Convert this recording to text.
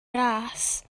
ras